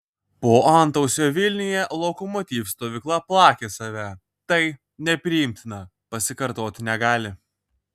po antausio vilniuje lokomotiv stovykla plakė save tai nepriimtina pasikartoti negali